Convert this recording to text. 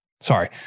sorry